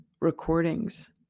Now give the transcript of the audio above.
recordings